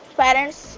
parents